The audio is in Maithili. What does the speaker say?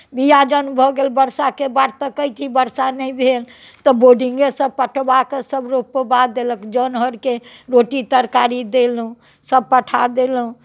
बीआ जखन भऽ गेल वर्षाके बाट तकै छी वर्षा नहि भेल तऽ बोर्डिंगेसँ पटवा कऽ सभ रोपवा देलक जन हरकेँ रोटी तरकारी देलहुँ सभ पठा देलहुँ